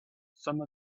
some